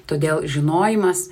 todėl žinojimas